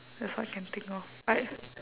that's what I can think of I